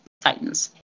titans